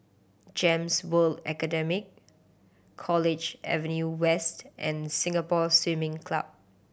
GEMS World Academy College Avenue West and Singapore Swimming Club